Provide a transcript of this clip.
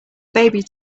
baby